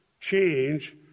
change